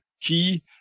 key